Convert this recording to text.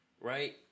right